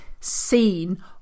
seen